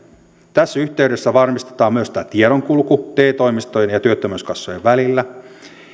tässä yhteydessä varmistetaan myös tämä tiedonkulku te toimistojen ja työttömyyskassojen välillä